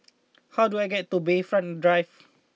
how do I get to Bayfront Drive